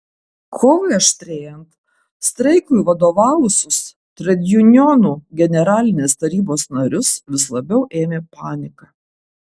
kovai aštrėjant streikui vadovavusius tredjunionų generalinės tarybos narius vis labiau ėmė panika